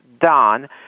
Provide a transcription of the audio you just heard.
done